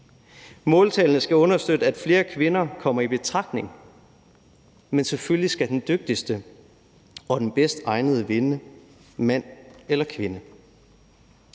Måltallene skal understøtte, at flere kvinder kommer i betragtning, men selvfølgelig skal den dygtigste og bedst egnede vinde – mand eller kvinde.